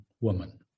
woman